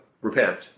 Repent